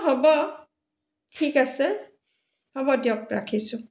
এহ্ হ'ব ঠিক আছে হ'ব দিয়ক ৰাখিছোঁ